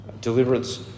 Deliverance